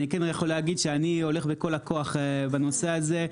אני כן יכול להגיד שאני הולך בכל הכוח בנושא הזה.